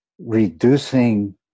reducing